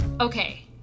Okay